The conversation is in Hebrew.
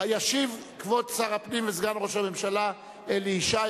ישיב כבוד שר הפנים וסגן ראש הממשלה אלי ישי,